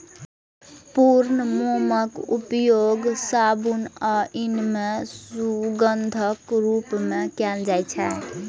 पूर्ण मोमक उपयोग साबुन आ इत्र मे सुगंधक रूप मे कैल जाइ छै